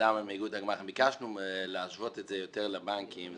ביקשנו להשוות את זה יותר לבנקים.